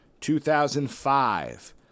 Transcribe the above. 2005